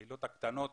הקהילות הקטנות